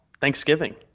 Thanksgiving